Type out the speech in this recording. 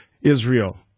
Israel